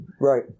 Right